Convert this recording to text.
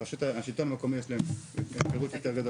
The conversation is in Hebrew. לרשות המקומית יש פירוט יותר גדול,